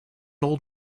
old